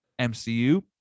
MCU